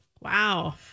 Wow